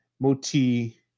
Moti